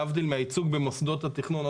להבדיל מהייצוג במוסדות התכנון.